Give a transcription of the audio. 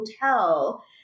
hotel